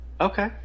okay